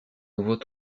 nouveau